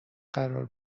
قرار